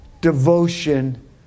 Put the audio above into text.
devotion